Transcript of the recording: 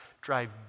drive